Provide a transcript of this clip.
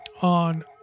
on